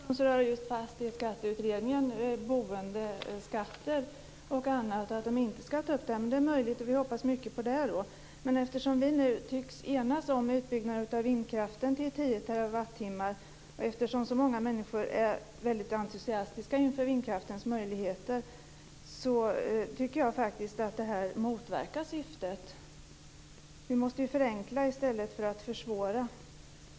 Herr talman! Såvitt jag är informerad är det så att just Fastighetsskatteutredningen rör boendeskatter och annat och att man inte ska ta upp det här. Men det är möjligt att det inte är så. Vi hoppas mycket på det. Eftersom vi nu tycks enas om en utbyggnad av vindkraften till 10 terawattimmar och eftersom så många människor är väldigt entusiastiska inför vindkraftens möjligheter tycker jag faktiskt att det här motverkar syftet. Vi måste förenkla, inte försvåra.